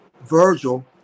Virgil